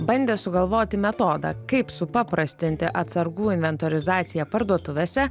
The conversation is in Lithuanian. bandė sugalvoti metodą kaip supaprastinti atsargų inventorizaciją parduotuvėse